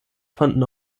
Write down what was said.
fanden